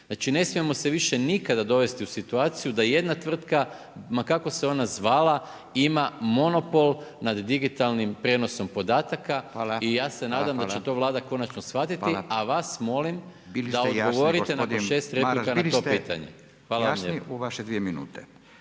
Znači, ne smijemo se više nikada dovesti u situaciju da jedna tvrtka ma kako se ona zvala, ima monopol nad digitalnim prijenosom podataka i ja se nadam da će to Vlada konačno shvatiti a vas molim, da odgovorite nakon 6 replika na to pitanje. Hvala lijepo. **Radin, Furio